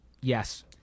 Yes